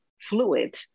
fluid